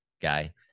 guy